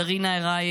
קרינה ארייב,